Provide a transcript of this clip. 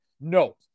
No